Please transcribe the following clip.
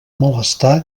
malestar